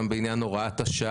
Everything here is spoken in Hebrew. לעשות עבודה גם בעניין הוראת השעה